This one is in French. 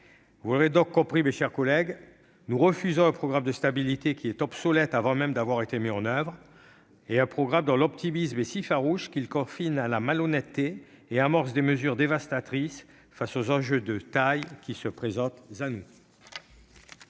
Vous m'avez donc compris, mes chers collègues, nous refusons un programme de stabilité qui est obsolète avant même d'avoir été mis en oeuvre, un programme dont l'optimisme est si farouche qu'il confine à la malhonnêteté et amorce des mesures dévastatrices face aux enjeux de taille qui se profilent.